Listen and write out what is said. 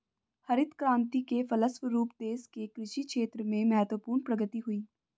हरित क्रान्ति के फलस्व रूप देश के कृषि क्षेत्र में महत्वपूर्ण प्रगति हुई